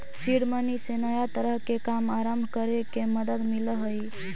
seed money से नया तरह के काम आरंभ करे में मदद मिलऽ हई